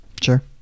Sure